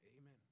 Amen